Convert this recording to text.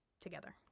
together